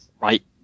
right